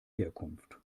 herkunft